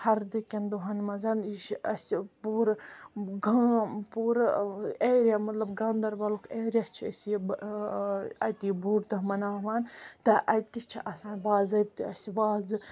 ہَردٕکٮ۪ن دۄہن منٛز یہِ چھُ اَسہِ پوٗرٕ گام پوٗرٕ ایریا مطلب گاندربَلُک ایریا چھِ ٲسۍ یہِ اَتہِ یہِ بوٚڈ دۄہ مناوان تہٕ اَتہِ تہِ چھِ آسان باضٲبطہٕ اَسہِ وازٕ